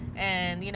and, you know,